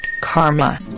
karma